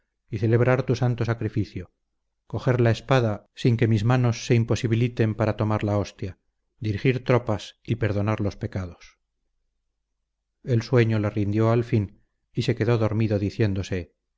y celebrar tu santo sacrificio coger la espada sin que mis manos se imposibiliten para tomar la hostia dirigir tropas y perdonar los pecados el sueño le rindió al fin y se quedó dormido diciéndose